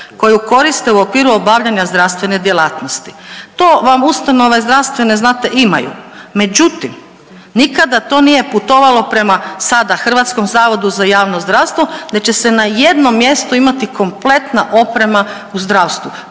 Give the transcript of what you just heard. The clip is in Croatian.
koju koriste u okviru obavljanja zdravstvene djelatnosti. To vam ustanove zdravstvene, znate, imaju, međutim, nikada to nije putovalo prema, sada HZJZ-u nego će se na jednom mjestu imati kompletna oprema u zdravstvu.